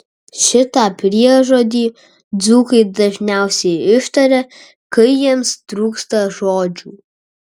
šitą priežodį dzūkai dažniausiai ištaria kai jiems trūksta žodžių